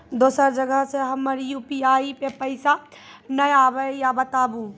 दोसर जगह से हमर यु.पी.आई पे पैसा नैय आबे या बताबू?